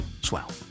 swell